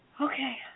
Okay